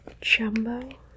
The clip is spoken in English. jumbo